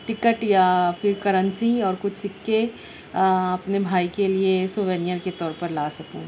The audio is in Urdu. ٹکٹ یا پھر کرنسی اور کچھ سکے اپنے بھائی کے لیے سووینئر کے طور لا سکوں